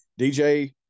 DJ